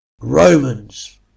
Romans